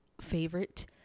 favorite